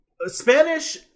Spanish